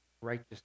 righteous